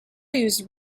used